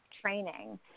training